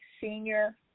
senior